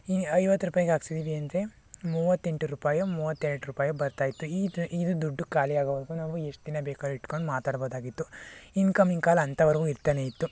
ಈಗ ಐವತ್ತು ರೂಪಾಯಿಗೆ ಹಾಕ್ಸಿದ್ದೀವಿ ಅಂದರೆ ಮೂವತ್ತೆಂಟು ರೂಪಾಯೋ ಮೂವತ್ತೆರಡು ರೂಪಾಯೋ ಬರ್ತಾ ಇತ್ತು ಈ ಈ ದುಡ್ಡು ಖಾಲಿ ಆಗೋವರೆಗೂ ನಾವು ಎಷ್ಟು ದಿನ ಬೇಕಾದ್ರು ಇಟ್ಕೊಂಡು ಮಾತಾಡ್ಬೋದಾಗಿತ್ತು ಇನ್ಕಮಿಂಗ್ ಕಾಲ್ ಅಂಥವ್ರ್ಗೂ ಇರ್ತಾನೆ ಇತ್ತು